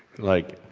like,